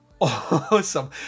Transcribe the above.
awesome